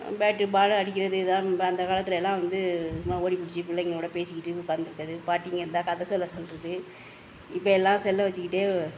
bat ball அடிக்கிறது இதுதான் அந்த காலத்தில் எல்லாம் வந்து சும்மா ஓடி பிடிச்சி பிள்ளைங்களோட பேசிக்கிட்டு உக்காந்திருக்குறது பாட்டிங்க இருந்தால் கதை சொல்ல சொல்வது இப்போ எல்லாம் செல்லை வச்சுக்கிட்டே